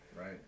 right